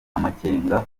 amakenga